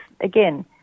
again